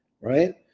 Right